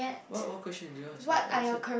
what what question did you ask I answered